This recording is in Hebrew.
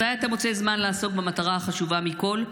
מתי אתה מוצא זמן לעסוק במטרה החשובה מכול,